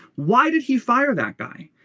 why did he fire that guy.